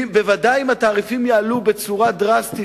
ובוודאי אם התעריפים יעלו בצורה דרסטית,